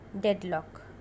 deadlock